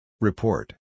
Report